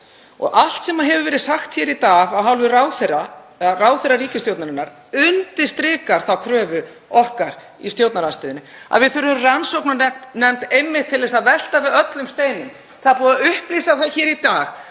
Allt sem hefur verið sagt hér í dag af hálfu ráðherra ríkisstjórnarinnar undirstrikar þá kröfu okkar í stjórnarandstöðunni að við þurfum rannsóknarnefnd einmitt til að velta við öllum steinum. Það hefur verið upplýst hér í dag